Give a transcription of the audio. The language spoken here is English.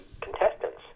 contestants